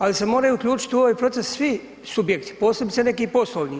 Ali se moraju uključiti u ovaj proces svi subjekti, posebice neki poslovni.